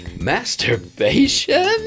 Masturbation